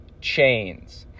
chains